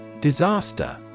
Disaster